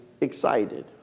excited